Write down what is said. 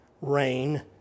rain